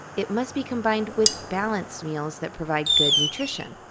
it must be combined with balanced meals that provide good nutrition.